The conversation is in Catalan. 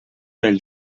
pel